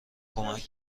کمک